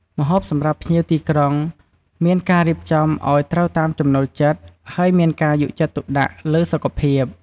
ម្ហូបសម្រាប់ភ្ញៀវទីក្រុងត្រូវមានការរៀបចំអោយត្រូវតាមចំណូលចិត្ត ហើយមានការយកចិត្តទុកដាក់លើសុខភាព។